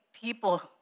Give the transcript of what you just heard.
people